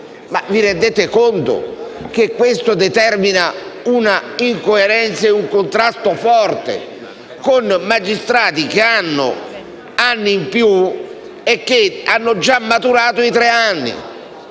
Vi rendete conto che questo determina un'incoerenza e un contrasto forte con magistrati che hanno anni in più e hanno già maturato i tre anni?